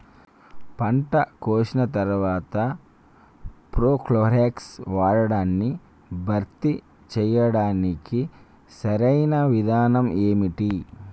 పంట కోసిన తర్వాత ప్రోక్లోరాక్స్ వాడకాన్ని భర్తీ చేయడానికి సరియైన విధానం ఏమిటి?